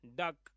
duck